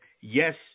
yes